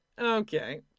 okay